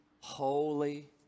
holy